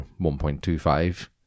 1.25